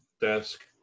desk